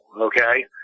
Okay